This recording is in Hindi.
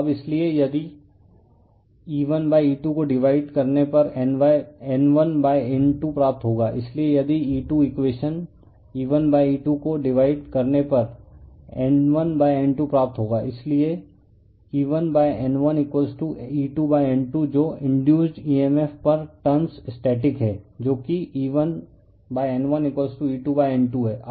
अब इसलिए यदि E1E2 को डिवाइड करने पर N1N2 प्राप्त होगा इसलिए यदि E2 इकवेशन E1E2 को डिवाइड करने पर N1N2 प्राप्त होगा इसलिए E1N1E2N2 जो induced EMF per turns static है जो कि E1N1E2N2 हैं